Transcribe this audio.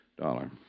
Dollar